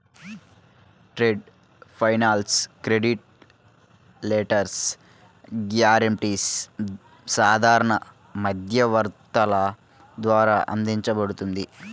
trade finance credit letters, గ్యారెంటీలు సాధారణ మధ్యవర్తుల ద్వారా అందించబడుతుంది